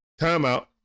Timeout